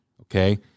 okay